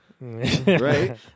Right